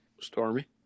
Stormy